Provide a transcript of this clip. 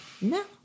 no